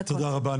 תודה רבה.